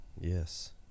Yes